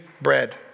bread